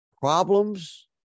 problems